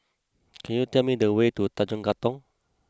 can you tell me the way to Tanjong Katong